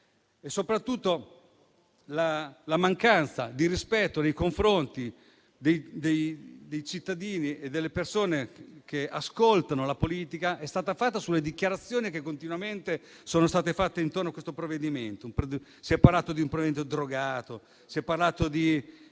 E soprattutto la mancanza di rispetto nei confronti dei cittadini e delle persone che ascoltano la politica è stata dimostrata tramite le dichiarazioni che continuamente sono state fatte intorno a questo provvedimento. Si è parlato di un provvedimento drogato e di